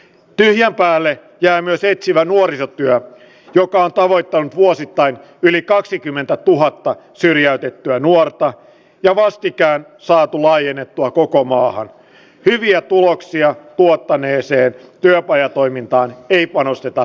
ja päälle jää myös etsivä nuorisotyö joka antaa voittaa vuosittain yli kaksikymmentätuhatta syrjäytettyä nuorta ja vastikään saatu laajennettua koko maahan pyrkiä tuloksia tuottaneeseen työpajatoimintaa ei panosteta